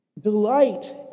delight